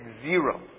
zero